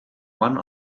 one